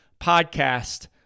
podcast